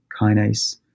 kinase